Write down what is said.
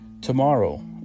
tomorrow